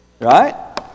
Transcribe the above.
Right